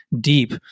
deep